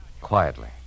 Quietly